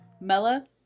Mella